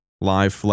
live